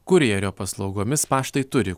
kurjerių paslaugomis paštai turi